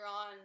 on